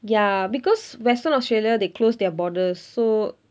ya because western australia they closed their borders so